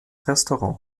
restaurant